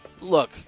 look